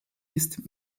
ist